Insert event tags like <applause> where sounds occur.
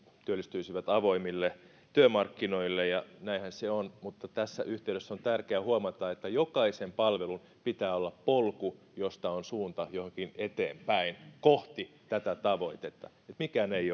työllistyisivät avoimille työmarkkinoille ja näinhän se on mutta tässä yhteydessä on tärkeää huomata että jokaisen palvelun pitää olla polku josta on suunta johonkin eteenpäin kohti tätä tavoitetta niin että mikään ei <unintelligible>